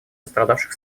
пострадавших